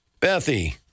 Bethy